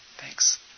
thanks